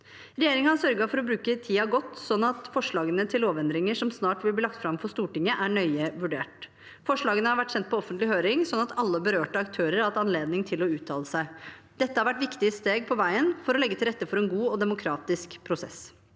Regjeringen sørget for å bruke tiden godt, slik at forslagene til lovendringer som snart vil bli lagt fram for Stortinget, er nøye vurdert. Forslagene har vært sendt på offentlig høring, slik at alle berørte aktører har hatt anledning til å uttale seg. Dette har vært viktige steg på veien for å legge til rette for en god og demokratisk prosess.